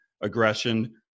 aggression